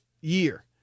year